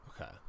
Okay